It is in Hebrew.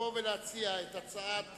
לבוא ולהציע את הצעת